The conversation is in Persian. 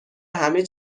همه